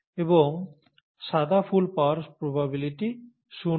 এবং সাদা ফুল পাওয়ার প্রবাবিলিটি শূন্য